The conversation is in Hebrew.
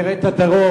תראה את הדרום,